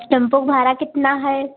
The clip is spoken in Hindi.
टेंपो भाड़ा कितना है